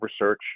research